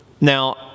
now